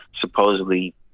supposedly